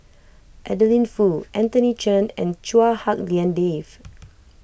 Adeline Foo Anthony Chen and Chua Hak Lien Dave